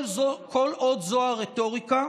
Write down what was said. כל זה כל עוד זו הרטוריקה,